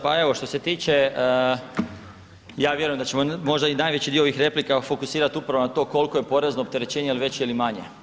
Pa evo što se tiče ja vjerujem da ćemo možda i najveći dio ovih replika fokusirat upravo na to koliko je porezno opterećenje, jel veće ili manje.